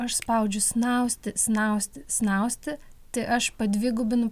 aš spaudžiu snausti snausti snausti tai aš padvigubinu